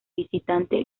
visitante